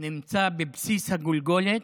נמצא בבסיס הגולגולת.